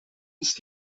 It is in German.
ist